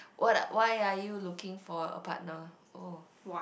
what are why are you looking for a partner oh